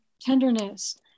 tenderness